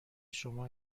شما